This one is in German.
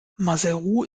maseru